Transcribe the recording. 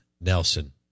Nelson